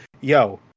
yo